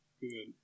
good